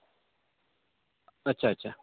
اچھا اچھا